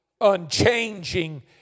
unchanging